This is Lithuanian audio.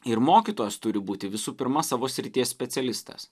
ir mokytojas turi būti visų pirma savo srities specialistas